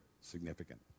significant